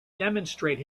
demonstrate